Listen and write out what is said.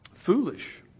Foolish